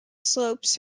slopes